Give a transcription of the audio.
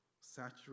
saturate